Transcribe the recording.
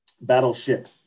Battleship